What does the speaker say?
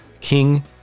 king